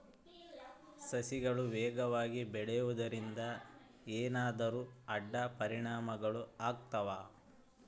ಸಸಿಗಳು ವೇಗವಾಗಿ ಬೆಳೆಯುವದರಿಂದ ಏನಾದರೂ ಅಡ್ಡ ಪರಿಣಾಮಗಳು ಆಗ್ತವಾ?